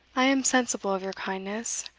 i am sensible of your kindness,